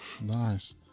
nice